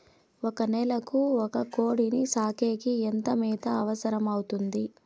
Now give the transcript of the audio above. ఒక నెలకు ఒక కోడిని సాకేకి ఎంత మేత అవసరమవుతుంది?